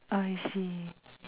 I see